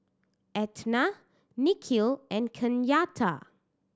Etna Nikhil and Kenyatta